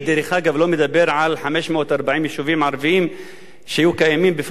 לא מדבר על 540 יישובים ערביים שהיו קיימים בפלסטין,